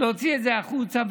להוציא את זה החוצה,